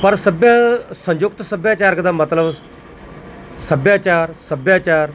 ਪਰ ਸਭਿਆ ਸੰਯੁਕਤ ਸੱਭਿਆਚਾਰਕ ਦਾ ਮਤਲਬ ਸੱਭਿਆਚਾਰ ਸੱਭਿਆਚਾਰ